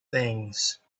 things